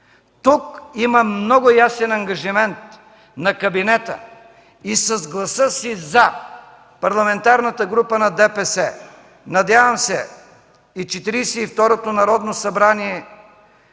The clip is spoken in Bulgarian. Тук има много ясен ангажимент на кабинета и с гласа си „за“ Парламентарната група на ДПС, надявам се и Четиридесет